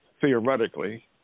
theoretically